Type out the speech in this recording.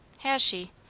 has she?